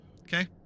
Okay